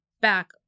back